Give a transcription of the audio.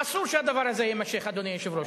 אסור שהדבר הזה יימשך, אדוני היושב-ראש.